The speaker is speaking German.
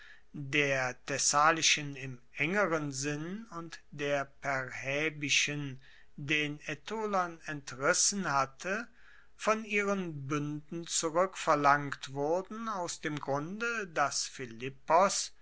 der thessalischen im engeren sinn und der perrhaebischen den aetolern entrissen hatte von ihren buenden zurueckverlangt wurden aus dem grunde dass philippos